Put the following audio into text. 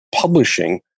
publishing